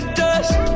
dust